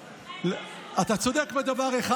אתה צודק בדבר אחד,